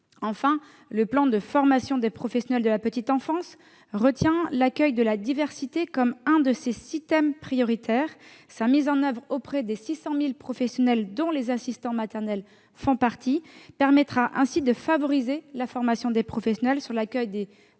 Enfin, le plan de formation des professionnels de la petite enfance retient l'accueil de la diversité comme un de ses six thèmes prioritaires. Sa mise en oeuvre auprès des 600 000 professionnels, dont les assistants maternels font partie, permettra d'améliorer l'accueil des enfants